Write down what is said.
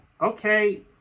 okay